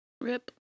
Rip